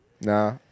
Nah